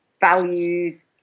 values